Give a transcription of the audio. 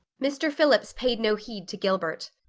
mr. phillips paid no heed to gilbert.